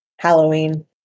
Halloween